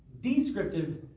Descriptive